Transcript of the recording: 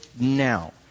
now